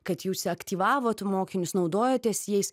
kad jūs aktyvavot mokinius naudojatės jais